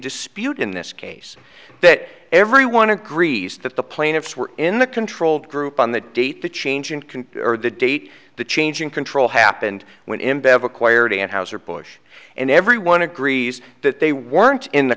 dispute in this case that everyone agrees that the plaintiffs were in the control group on the date the change in can or the date the change in control happened when in bev acquired and house or bush and everyone agrees that they weren't in the